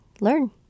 learn